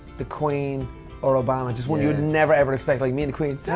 the queen or obama. just one you'd never ever expect. like me and queen. so